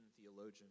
theologian